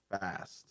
fast